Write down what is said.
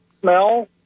smell